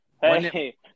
Hey